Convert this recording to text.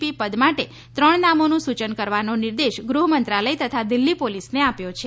પી પદ માટે ત્રણ નામોનું સૂચન કરવાનો નિર્દેશ ગૃહકમંત્રાલય તથા દિલ્હી પોલીસને આપ્યો છે